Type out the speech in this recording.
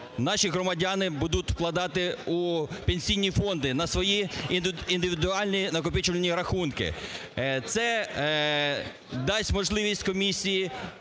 наші громадяни будуть вкладати у пенсійні фонди на свої індивідуальні накопичувальні рахунки. Це дасть можливість Комісії